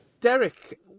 Derek